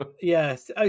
Yes